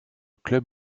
club